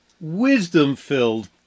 wisdom-filled